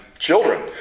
Children